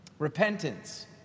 repentance